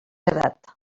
edat